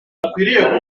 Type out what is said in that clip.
agira